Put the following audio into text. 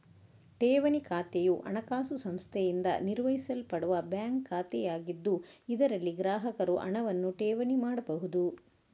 ಠೇವಣಿ ಖಾತೆಯು ಹಣಕಾಸು ಸಂಸ್ಥೆಯಿಂದ ನಿರ್ವಹಿಸಲ್ಪಡುವ ಬ್ಯಾಂಕ್ ಖಾತೆಯಾಗಿದ್ದು, ಇದರಲ್ಲಿ ಗ್ರಾಹಕರು ಹಣವನ್ನು ಠೇವಣಿ ಮಾಡಬಹುದು